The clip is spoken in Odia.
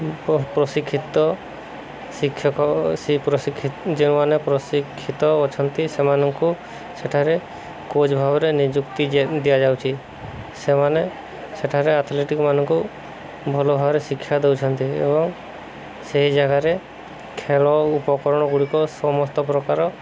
ପ୍ରଶିକ୍ଷିତ ଶିକ୍ଷକ ପ୍ରଶିକ୍ଷ ଯେଉଁମାନେ ପ୍ରଶିକ୍ଷିତ ଅଛନ୍ତି ସେମାନଙ୍କୁ ସେଠାରେ କୋଚ୍ ଭାବରେ ନିଯୁକ୍ତି ଦିଆଯାଉଛି ସେମାନେ ସେଠାରେ ଆଥଲେଟିକ୍ମାନଙ୍କୁ ଭଲ ଭାବରେ ଶିକ୍ଷା ଦେଉଛନ୍ତି ଏବଂ ସେହି ଜାଗାରେ ଖେଳ ଉପକରଣଗୁଡ଼ିକ ସମସ୍ତ ପ୍ରକାର